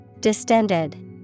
Distended